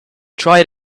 tried